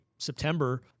September